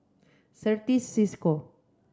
Certis Cisco